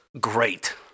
great